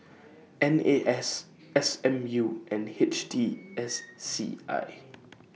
N A S S M U and H T S C I